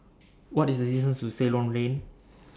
What IS The distance to Ceylon Lane